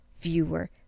viewer